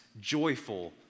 joyful